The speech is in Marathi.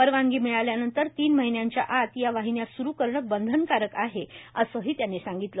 परवानगी मिळाल्यानंतर तीन महिन्यांच्या आत या वाहिन्या सुरु करणं बंधनकारक आहे असंही त्यांनी सांगितलं